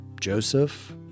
Joseph